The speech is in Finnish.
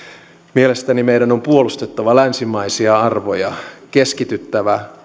mielestäni meidän on puolustettava länsimaisia arvoja keskityttävä